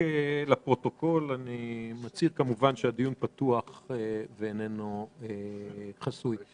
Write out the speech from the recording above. אני מצהיר לפרוטוקול שהדיון פתוח ואיננו חסוי.